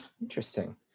interesting